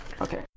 Okay